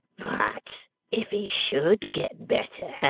but if he should get better,